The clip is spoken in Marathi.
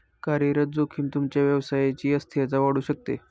कार्यरत जोखीम तुमच्या व्यवसायची अस्थिरता वाढवू शकते